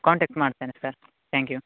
contact ಮಾಡ್ತೇನೆ sir thank you